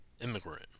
immigrant